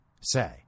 say